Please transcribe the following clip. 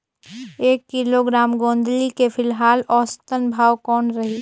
एक किलोग्राम गोंदली के फिलहाल औसतन भाव कौन रही?